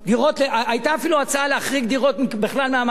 היתה אפילו הצעה להחריג דירות בכלל ממס יסף.